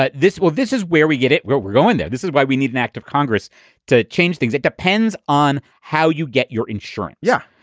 but this will this is where we get it, where we're going. yeah this is why we need an act of congress to change things. it depends on how you get your insurance. yeah.